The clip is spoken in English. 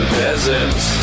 peasants